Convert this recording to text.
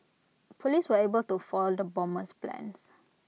Police were able to foil the bomber's plans